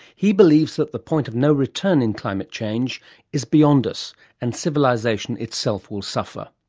he believes that the point of no return in climate change is beyond us and civilisation itself will suffer.